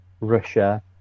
russia